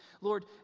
Lord